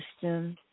system